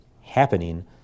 happening